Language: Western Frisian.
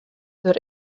der